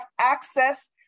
access